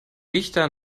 dichter